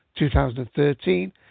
2013